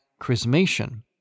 chrismation